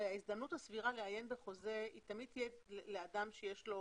הרי ההזדמנות הסבירה לעיין בחוזה היא תמיד תהיה לאדם שיש לו